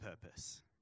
purpose